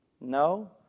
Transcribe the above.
No